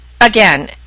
again